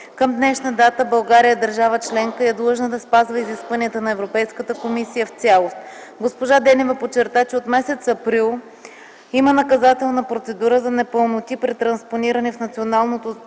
Към днешна дата България е държава членка и е длъжна да спазва изискванията на Европейската комисия в цялост. Госпожа Денева подчерта, че от месец април има наказателна процедура за непълноти при транспониране в националната